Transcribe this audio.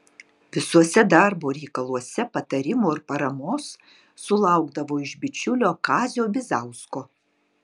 visuose darbo reikaluose patarimo ir paramos sulaukdavo iš bičiulio kazio bizausko